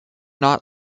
not